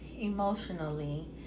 emotionally